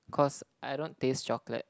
cause I don't taste chocolate